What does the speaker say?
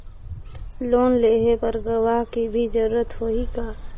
Loan लेहे बर गवाह के भी जरूरत होही का?